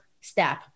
step